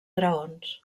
graons